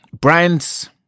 Brands